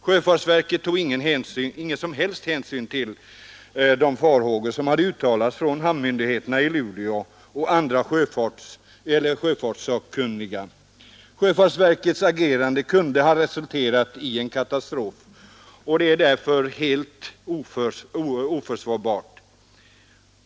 Sjöfartsverket tog ingen som helst hänsyn till de farhågor som hade uttalats av hamnmyndigheterna i Luleå och andra sjöfartssakkunniga. Sjöfartsverkets agerande kunde ha resulterat i en katastrof och är därför helt oförsvarligt.